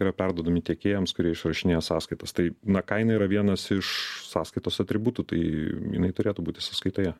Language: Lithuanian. yra perduodami tiekėjams kurie išrašinėja sąskaitas tai na kaina yra vienas iš sąskaitos atributų tai jinai turėtų būti sąskaitoje